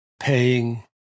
paying